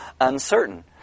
uncertain